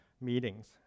meetings